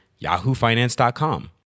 yahoofinance.com